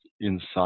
inside